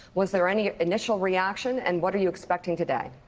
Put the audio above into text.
was there any initial reaction, and what are you expecting today?